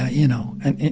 ah you know, and